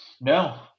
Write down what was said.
no